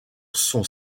son